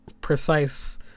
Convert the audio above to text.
precise